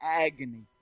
agony